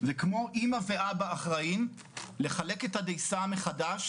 וכמו אמא ואבא אחראים לחלק את הדייסה מחדש